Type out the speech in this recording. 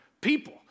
people